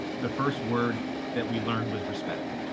the first word that we learned was respect.